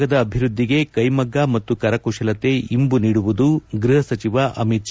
ಈಶಾನ್ವ ಭಾಗದ ಅಭಿವೃದ್ದಿಗೆ ಕೈಮಗ್ಗ ಮತ್ತು ಕರಕುಶಲತೆ ಇಂಬು ನೀಡುವುದು ಗೃಹ ಸಚಿವ ಅಮಿತ್ ಶಾ